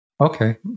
Okay